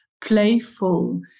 playful